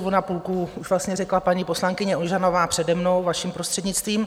Ona půlku už vlastně řekla paní poslankyně Ožanová přede mnou, vaším prostřednictvím.